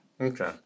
okay